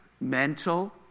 Mental